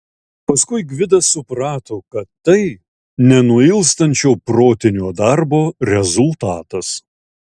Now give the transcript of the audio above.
paskui gvidas suprato kad tai nenuilstančio protinio darbo rezultatas